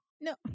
No